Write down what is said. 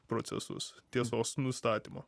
procesus tiesos nustatymo